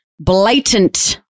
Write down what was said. blatant